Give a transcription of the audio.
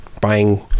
buying